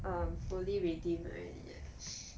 um fully redeemed already